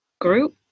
Group